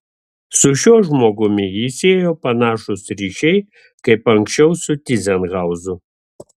su šiuo žmogumi jį siejo panašūs ryšiai kaip anksčiau su tyzenhauzu